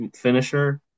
finisher